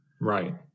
Right